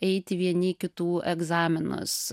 eiti vieni į kitų egzaminus